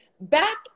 back